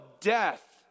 death